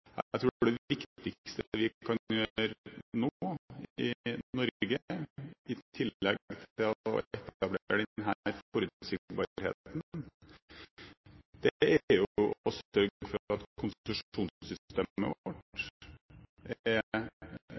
Jeg tror det viktigste vi kan gjøre nå i Norge, i tillegg til å etablere denne forutsigbarheten, er å sørge for at konsesjonssystemet vårt er dimensjonert for å ta unna søknadsmengden fortløpende, slik at